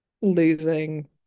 losing